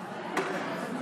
תפדל,